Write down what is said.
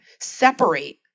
separate